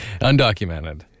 Undocumented